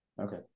Okay